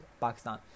Pakistan